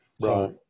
Right